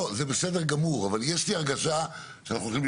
יש לי הרגשה שאנחנו מדברים כאילו אנחנו